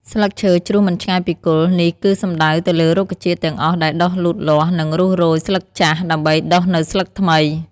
ស្លឹកឈើជ្រុះមិនឆ្ងាយពីគល់ នេះគឺសំដៅទៅលើរុក្ខជាតិទាំងអស់ដែលដុះលូតលាស់ និងរុះរោយស្លឹកចាស់ ដើម្បីដុះនូវស្លឹកថ្មី។